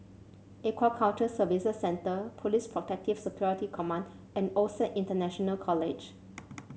Aquaculture Services Centre Police Protective Security Command and OSAC International College